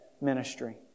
ministry